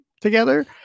together